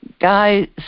guys